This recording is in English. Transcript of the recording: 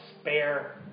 spare